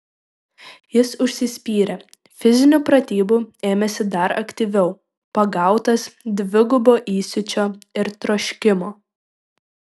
jis užsispyrė fizinių pratybų ėmėsi dar aktyviau pagautas dvigubo įsiūčio ir troškimo